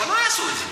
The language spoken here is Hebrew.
אבל לא יעשו את זה.